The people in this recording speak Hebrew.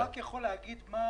אם הוא רק יכול להגיד, מה